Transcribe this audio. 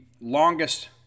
longest